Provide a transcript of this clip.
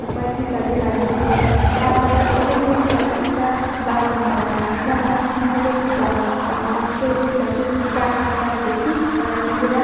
উপায়কেই কাজে লাগিয়েছে বা তারা দেখেছে তারা পিতা বা পিতামহ কীভাবে কা চাষ করেছে চাষের উপায় তারা দেখেই তারা নিজেরা